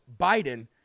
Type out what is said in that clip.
Biden